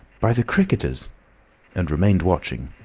by the cricketers and remained watching.